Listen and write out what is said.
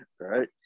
Right